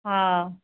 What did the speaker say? हा